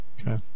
Okay